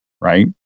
right